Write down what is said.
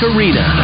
Arena